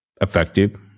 effective